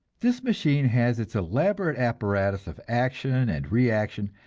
this machine has its elaborate apparatus of action and reaction,